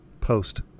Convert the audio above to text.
post